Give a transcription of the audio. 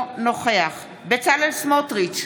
אינו נוכח בצלאל סמוטריץ'